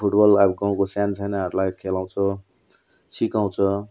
football अब गाउँको सान सानाहरूलाई खेलाउँछ सिकाउँछ